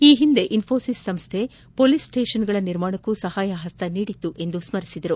ಈ ಹಿಂದೆ ಇನ್ವೋಸಿಸ್ ಸಂಸ್ಥೆಯು ಪೊಲೀಸ್ ಸ್ವೇಷನ್ಗಳ ನಿರ್ಮಾಣಕ್ಕೂ ಸಹಾಯ ಪಸ್ತ ನೀಡಿತ್ತು ಎಂದು ಸ್ಪರಿಸಿದರು